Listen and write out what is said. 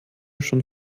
schon